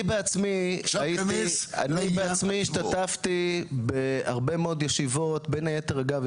אני בעצמי השתתפתי בהרבה מאוד ישיבות בין היתר אגב,